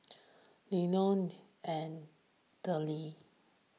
Elenor and Della